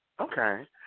Okay